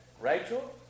Rachel